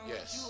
Yes